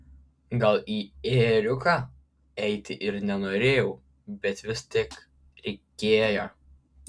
gal į ėriuką eiti ir nenorėjau bet vis tiek reikėjo